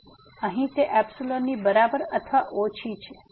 તેથી અહીં તે ϵ ની બરાબર અથવા ઓછી છે